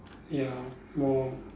ya more